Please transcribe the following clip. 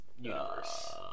universe